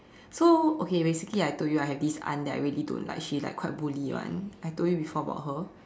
so okay basically I told you I have this aunt that I really don't like she like quite bully [one] I told you before about her